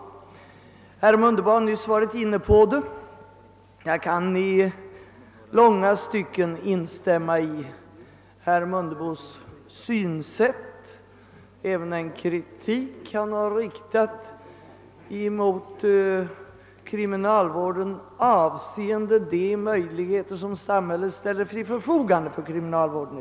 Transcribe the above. Herr Mundebo har nyss varit inne på samma ämne, och jag kan i långa stycken instämma i herr Mundebos uttalande och även i den kritik han har riktat mot kriminalvården, avseende de resurser som samhället i dag ställer till förfogande för kriminalvården.